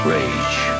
Rage